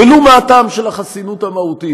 ולו מהטעם של החסינות המהותית,